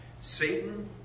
Satan